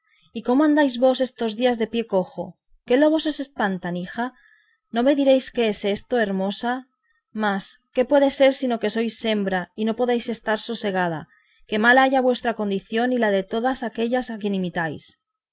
y cómo andáis vos estos días de pie cojo qué lobos os espantan hija no me diréis qué es esto hermosa mas qué puede ser sino que sois hembra y no podéis estar sosegada que mal haya vuestra condición y la de todas aquellas a quien imitáis